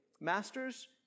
Masters